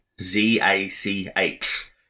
z-a-c-h